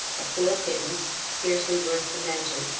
a poor pittance, scarcely worth the mention,